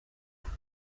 papa